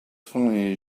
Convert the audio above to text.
funny